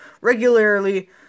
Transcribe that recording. regularly